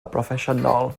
broffesiynol